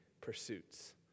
pursuits